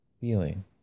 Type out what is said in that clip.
Feeling